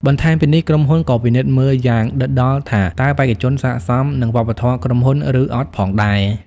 បន្ថែមពីនេះ ក្រុមហ៊ុនក៏ពិនិត្យមើលយ៉ាងដិតដល់ថាតើបេក្ខជនស័ក្តិសមនឹងវប្បធម៌ក្រុមហ៊ុន ឬអត់ផងដែរ។